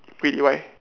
really why